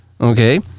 Okay